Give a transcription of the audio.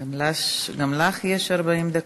גם לך יש 40 דקות.